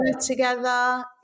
together